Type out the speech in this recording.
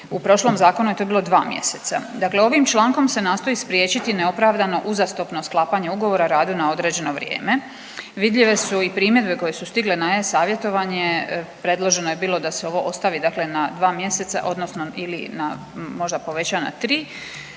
u prošlom zakonu je to bilo 2 mjeseca, dakle ovim člankom se nastoji spriječiti neopravdano uzastopno sklapanje ugovora o radu na određeno vrijeme. Vidljive su i primjedbe koje su stigle na e-savjetovanje, predloženo je bilo da se ovo ostavi dakle na dva mjeseca odnosno ili na, možda poveća na tri,